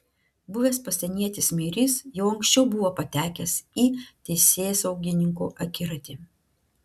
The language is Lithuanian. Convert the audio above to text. buvęs pasienietis meirys jau anksčiau buvo patekęs į teisėsaugininkų akiratį